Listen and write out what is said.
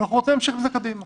אנחנו רוצים להמשיך עם זה קדימה.